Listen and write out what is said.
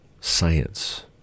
science